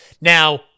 now